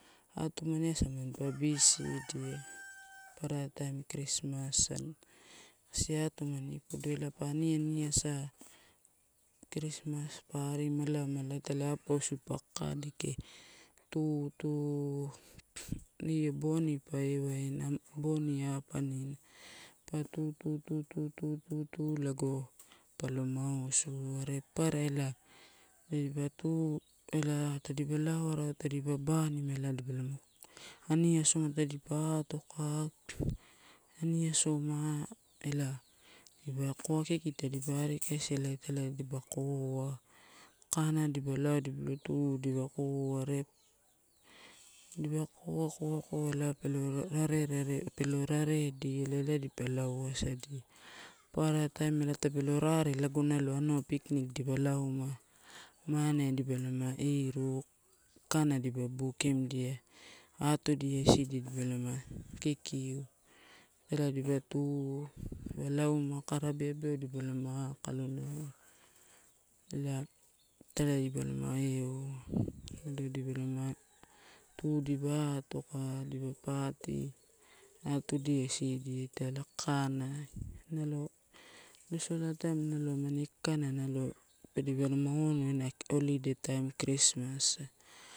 Atumani asa pani bisidia papara taim krismasai kasi atumani podo ela pa aniani asa. Krismas pa ari malamala apou isiu pa kakadeke, tu, tu, tu io bonipa ewaina boni apanina pa tu, tu, tu, tu, tu, tu lago palo mausu. Are papara ela tadipa tu ela tadipa lao arawa, tadipa banima, ela elipalama ani asoma, tadipa atoka, ani asoma, ela kowa kiki tadipa arua kaisi ela elipa koa kakanai dipa lauou dipa lotu. Koa are dipa koa, koa, koa ela pelo raerae dia, ela, ela dipa lauwaisadia. Papara taim ela tape lo rae lago anua picnic eipa lauma, mane dipa lama iru, kakana dipa bukiuwa. Atudia isidia dipalama kikiu, italai dipa tu dipa lauma kara beabeau elipa lama akao nalo. Ela italai dipalama iou dipa atoka, dipa party, atudia isidia italai kakanai nalo losola taim nalo amani kakana nalo dipala ma onu ela holiday taim krismas ah.